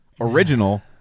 original